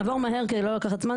נעבור מהר כדי לא לקחת זמן.